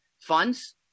funds